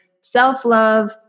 self-love